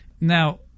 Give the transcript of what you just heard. Now –